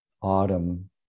autumn